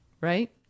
right